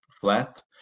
flat